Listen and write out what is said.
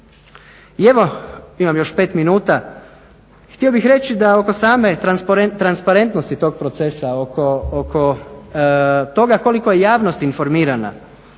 I evo imam još pet minuta. Htio bih reći da oko same transparentnosti tog procesa oko toga koliko je javnost informirana